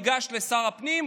ניגש לשר הפנים,